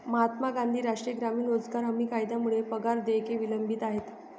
महात्मा गांधी राष्ट्रीय ग्रामीण रोजगार हमी कायद्यामुळे पगार देयके विलंबित आहेत